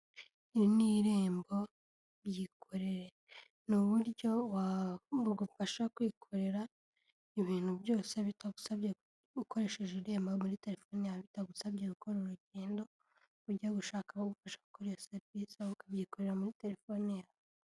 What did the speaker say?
Iri ni irembo, byikorere. Ni uburyo bugufasha kwikorera ibintu byose bitagusabye, ukoresheje irembo muri telefone yawe bitagusabye gukora urugendo ujya gushaka aho bagufasha gukoresha serivisi, ukabyikorera muri telefoni.